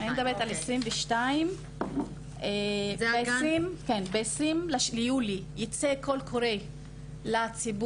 מדברת על 2022. ב-20 ביולי ייצא קול קורא לציבור